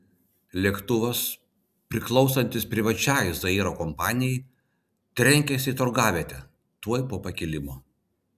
lėktuvas priklausantis privačiai zairo kompanijai trenkėsi į turgavietę tuoj po pakilimo